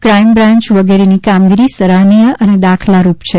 crime branch વિગેરીની કામગીરી સરાહનીય અને દાખલારૂપ છે